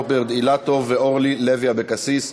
רוברט אילטוב ואורלי לוי אבקסיס.